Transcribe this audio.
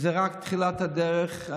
וזו רק תחילת הדרך.